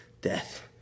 death